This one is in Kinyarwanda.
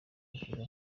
n’imbuga